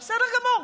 בסדר גמור.